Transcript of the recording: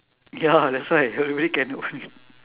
ya that's why really cannot free